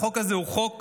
החוק הזה הוא חוק